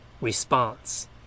response